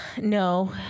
no